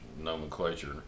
nomenclature